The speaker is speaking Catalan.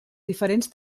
diferents